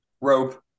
rope